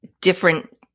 different